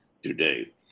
today